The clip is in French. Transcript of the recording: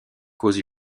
causes